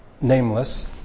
nameless